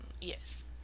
yes